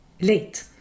late